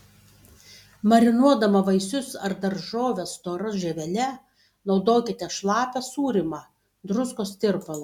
marinuodama vaisius ar daržoves stora žievele naudokite šlapią sūrymą druskos tirpalą